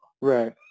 right